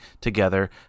together